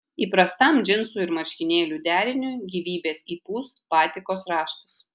įprastam džinsų ir marškinėlių deriniui gyvybės įpūs batikos raštas